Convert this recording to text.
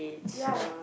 ya